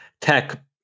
tech